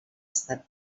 estat